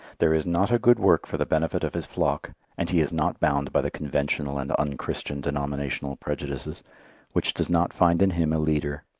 there is not a good work for the benefit of his flock and he is not bound by the conventional and unchristian denominational prejudices which does not find in him a leader.